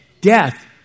death